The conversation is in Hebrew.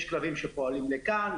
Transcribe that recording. יש כלבים שפועלים לכאן,